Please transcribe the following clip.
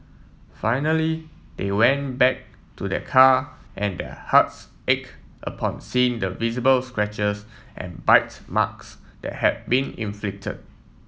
finally they went back to their car and their hearts ache upon seeing the visible scratches and bites marks that had been inflicted